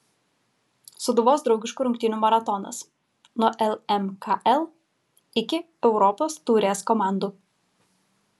sūduvos draugiškų rungtynių maratonas nuo lmkl iki europos taurės komandų